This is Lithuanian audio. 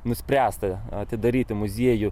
nuspręsta atidaryti muziejų